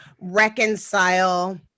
reconcile